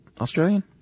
Australian